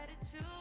attitude